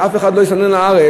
שאף אחד לא הסתנן לארץ,